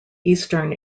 eastern